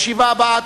התש"ע 2009,